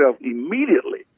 immediately